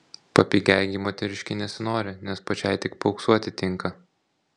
papigiai gi moteriškei nesinori nes pačiai tik paauksuoti tinka